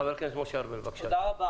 חבר הכנסת משה ארבל, בבקשה.